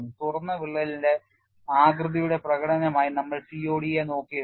തുറന്ന വിള്ളലിന്റെ ആകൃതിയുടെ പ്രകടനമായി നമ്മൾ COD നെ നോക്കിയിരുന്നു